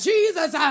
Jesus